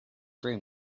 dream